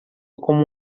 como